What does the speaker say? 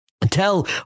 tell